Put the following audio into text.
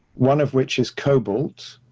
one of which is cobalt,